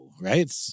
right